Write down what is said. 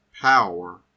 power